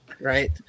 Right